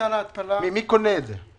מי קונה את זה?